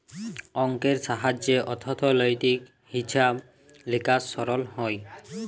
অংকের সাহায্যে অথ্থলৈতিক হিছাব লিকাস সরল হ্যয়